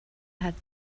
hat